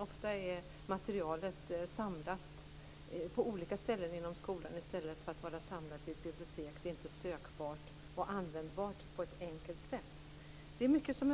Ofta är materialet samlat på olika ställen inom skolan i stället för att vara samlat i ett bibliotek, och det är inte sökbart och användbart på ett enkelt sätt. Det är naturligtvis mycket som